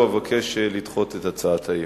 הללו, אבקש לדחות את הצעת האי-אמון.